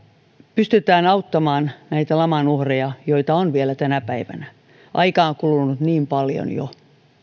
pystytään auttamaan näitä laman uhreja joita on vielä tänä päivänä aikaa on kulunut niin paljon jo